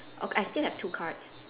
okay I still have two cards